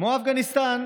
כמו אפגניסטן,